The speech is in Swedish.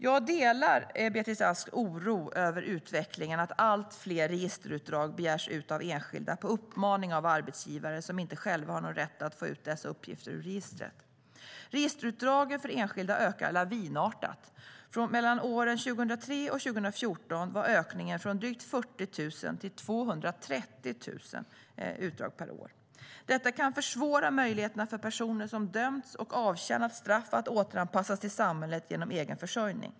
Jag delar Beatrice Asks oro över utvecklingen att allt fler registerutdrag begärs ut av enskilda på uppmaning av arbetsgivare som inte själva har någon rätt att få ut dessa uppgifter ur registret. Registerutdragen för enskilda ökar lavinartat. Mellan åren 2003 och 2014 ökade de från drygt 40 000 till 230 000 utdrag per år. Detta kan försvåra möjligheterna för personer som dömts och avtjänat straff att återanpassas till samhället genom egen försörjning.